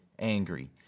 angry